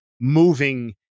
moving